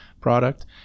product